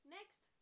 Next